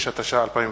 56), התש"ע 2009,